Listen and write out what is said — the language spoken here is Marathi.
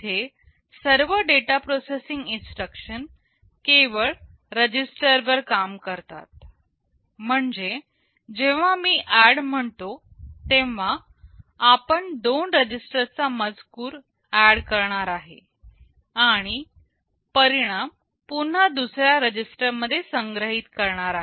इथे सर्व डेटा प्रोसेसिंग इन्स्ट्रक्शन केवळ रजिस्टरवर काम करतात म्हणजे जेव्हा मी ऍड म्हणतो तेव्हा आपण दोन रजिस्टर चा मजकूर ऍड करणार आहे आणि परिणाम पुन्हा दुसऱ्या रजिस्टरमध्ये संग्रहित करणार आहे